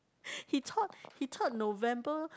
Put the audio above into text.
he thought he thought November